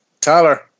Tyler